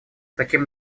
таким